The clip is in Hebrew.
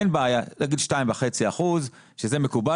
אין בעיה להגיד 2.5 אחוזים כפי שמקובל